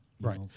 Right